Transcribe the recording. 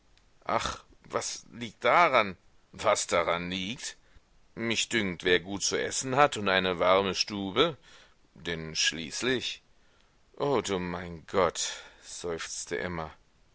ach was liegt daran was daran liegt mich dünkt wer gut zu essen hat und eine warme stube denn schließlich o du mein gott seufzte emma